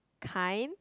kind